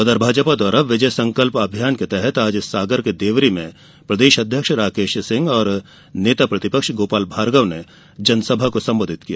उधर भाजपा द्वारा विजय संकल्प अभियान के तहत आज सागर के देवरी में भाजपा प्रदेश अध्यक्ष राकेश सिंह और नेता प्रतिपक्ष गोपाल भार्गव ने जनसभा को संबोधित किया